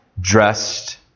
dressed